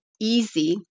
easy